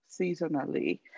seasonally